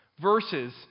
verses